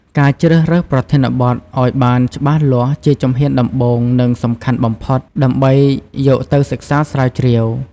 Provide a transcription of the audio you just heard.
ការជ្រើសរើសប្រធានបទ ឱ្យបានច្បាស់លាស់ជាជំហានដំបូង និងសំខាន់បំផុត ដើម្បីយកទៅសិក្សាស្រាវជ្រាវ។